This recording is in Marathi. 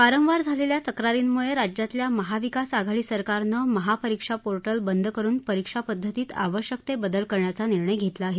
वारंवार आलेल्या तक्रारींमुळे राज्यातल्या महाविकास आघाडी सरकारनं महापरीक्षा पोर्टल बंद करून परीक्षा पद्धतीत आवश्यक ते बदल करण्याचा निर्णय घेतला आहे